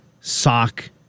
sock